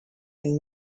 and